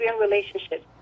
relationship